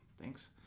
Thanks